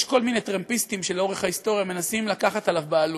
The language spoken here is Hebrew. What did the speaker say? יש כל מיני טרמפיסטים שלאורך ההיסטוריה מנסים לקחת עליו בעלות.